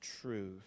truth